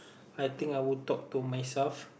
I think I would talk to myself